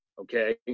okay